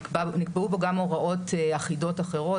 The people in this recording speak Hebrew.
נקבעו בו גם הוראות אחידות אחרות,